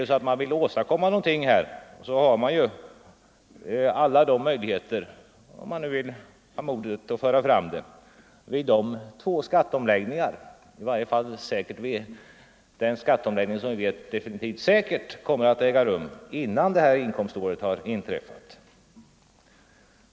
Vill man åstadkomma någonting har man alla möjligheter därtill, om man nu har modet att föra fram förslag därom, vid den eller de skatteomläggningar som äger rum — vi vet säkert att det åtminstone blir en — innan inkomståret 1977 har börjat.